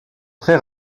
très